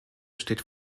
steht